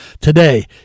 today